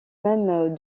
mêmes